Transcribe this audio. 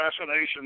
assassination